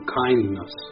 kindness